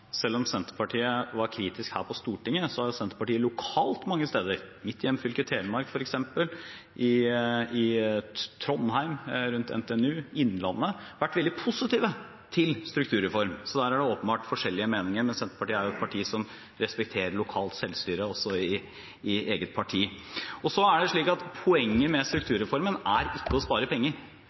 selv om Senterpartiet her på Stortinget var kritisk, har Senterpartiet lokalt mange steder – f.eks. i mitt hjemfylke Telemark, rundt NTNU i Trondheim og i innlandet – vært veldig positive til strukturreform, så der er det åpenbart forskjellige meninger, men Senterpartiet er jo et parti som respekterer lokalt selvstyre, også i eget parti. Poenget med strukturreformen er ikke å spare penger. Hvis det hadde vært slik, hadde vi krevd at man skulle bruke mindre penger,